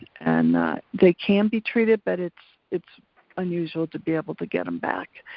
and they can be treated, but it's it's unusual to be able to get em back